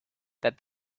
that